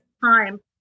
time